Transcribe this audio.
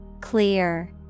Clear